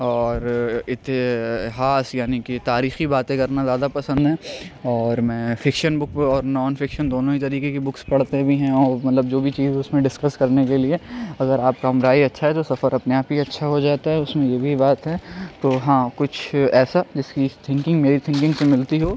اور اتہاس یعنی کہ تاریخی باتیں کرنا زیادہ پسند ہیں اور میں فکشن بک اور نان فکشن دونوں ہی طریقے کی بکس پڑھتے بھی ہیں اور مطلب جو بھی چیز اس میں ڈسکس کرنے کے لیے اگر آپ کا ہم راہی اچھا ہے تو سفر اپنے آپ ہی اچھا ہو جاتا ہے اس میں یہ بھی بات ہے تو ہاں کچھ ایسا جس کی تھنکنگ میری تھنکنگ سے ملتی ہو